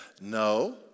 no